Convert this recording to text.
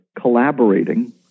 collaborating